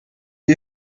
you